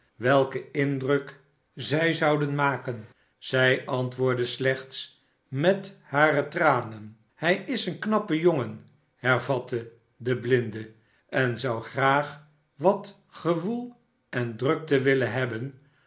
welken indruk zij zouden maken zij antwoordde slechts met hare tranen hij is een knappe jongen hervatte de blinde sen zou graag wat gewoel en drukte willen hebben